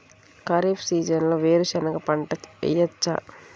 ఖరీఫ్ సీజన్లో వేరు శెనగ పంట వేయచ్చా?